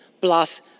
plus